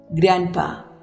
Grandpa